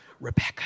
Rebecca